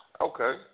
Okay